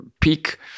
peak